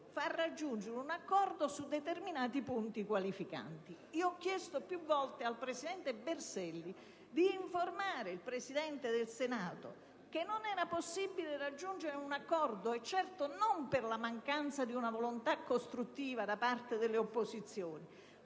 favorire un accordo su determinati punti qualificanti. Ho chiesto più volte al presidente Berselli di informare il Presidente del Senato del fatto che non era possibile raggiungere un accordo, certo non per mancanza di una volontà costruttiva da parte delle opposizioni.